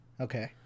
Okay